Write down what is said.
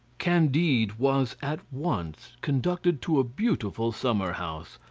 candide was at once conducted to a beautiful summer-house,